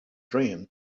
dreams